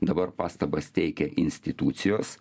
dabar pastabas teikia institucijos